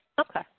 okay